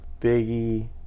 Biggie